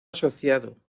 asociado